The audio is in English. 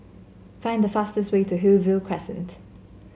find the fastest way to Hillview Crescent